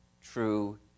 true